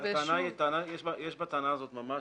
יש בטענה הזאת ממש,